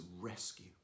rescue